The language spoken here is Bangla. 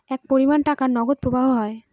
এক পরিমান টাকার নগদ প্রবাহ হয়